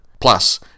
Plus